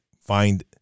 find